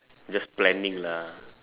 just planning lah